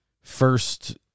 First